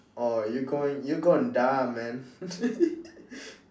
orh you going you gonna die man